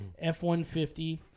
F-150